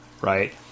right